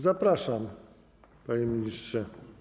Zapraszam, panie ministrze.